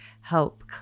help